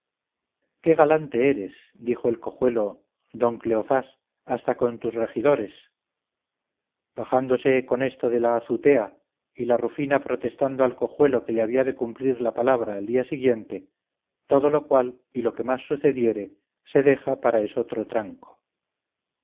qué galante eres dijo el cojuelo don cleofás hasta contra tus regidores bajándose con esto de la azutea y la rufina protestando al cojuelo que le había de cumplir la palabra al día siguiente todo lo cual y lo que más sucediere se deja para esotro tranco